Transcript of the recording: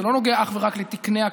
זה לא נוגע אך ורק לתקני הכליאה,